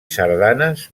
sardanes